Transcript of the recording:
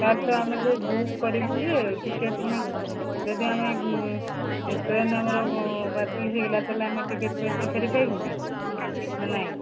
ଆଚ୍ଛା ଆମେ ଯେଉଁ ବୁକ୍ କରିବୁ ଯେ ଟିକେଟ୍ ଫୁଣି ଯଦି ଆମେ ଟ୍ରେନ୍ ଆମର ବାତିଲ ହେଇଗଲା ତାହେଲେ ଆମେ ଟିକେଟ୍ ପଇସା ଫେରିପାଇବୁ କି ନା ନାଇଁ